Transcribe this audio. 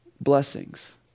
blessings